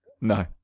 no